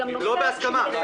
לא בהסכמה?